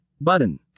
button